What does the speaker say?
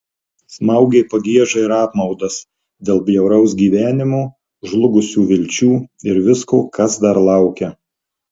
smaugė pagieža ir apmaudas dėl bjauraus gyvenimo žlugusių vilčių ir visko kas dar laukia